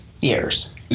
years